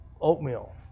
oatmeal